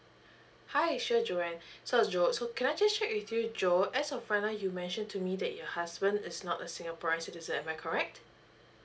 hi sure joan so joe so can I just check with you joe as of right now you mentioned to me that your husband is not a singaporean citizen am I correct